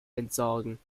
entsorgen